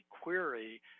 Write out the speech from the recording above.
query